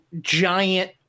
giant